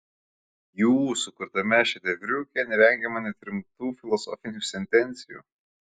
jų sukurtame šedevriuke nevengiama net rimtų filosofinių sentencijų